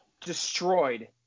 destroyed